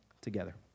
together